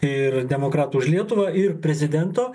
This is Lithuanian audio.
ir demokratų už lietuvą ir prezidento